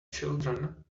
children